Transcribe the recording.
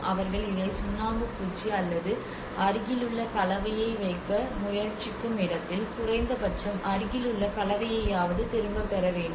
அவர்கள் இதை சுண்ணாம்பு பூச்சு அல்லது அருகிலுள்ள கலவையை வைக்க முயற்சிக்கும் இடத்தில் குறைந்த பட்சம் அருகிலுள்ள கலவையையாவது திரும்பப் பெற வேண்டும்